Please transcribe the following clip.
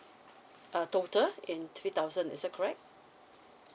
uh total in three thousand is that correct